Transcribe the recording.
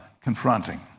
confronting